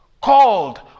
called